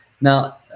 Now